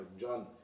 John